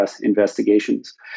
investigations